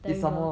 terrible